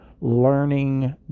learning